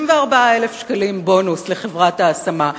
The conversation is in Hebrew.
34,000 שקלים בונוס לחברת ההשמה.